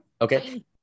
Okay